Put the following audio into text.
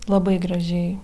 labai gražiai